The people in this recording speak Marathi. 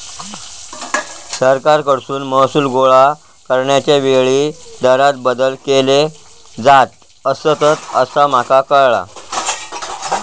सरकारकडसून महसूल गोळा करण्याच्या वेळी दरांत बदल केले जात असतंत, असा माका कळाला